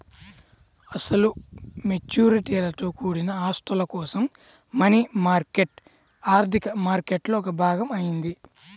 అసలు మెచ్యూరిటీలతో కూడిన ఆస్తుల కోసం మనీ మార్కెట్ ఆర్థిక మార్కెట్లో ఒక భాగం అయింది